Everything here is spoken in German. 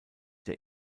der